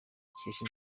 dukesha